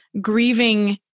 grieving